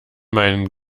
meinen